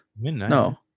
No